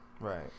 Right